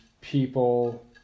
people